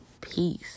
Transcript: peace